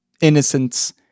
innocence